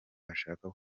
ashaka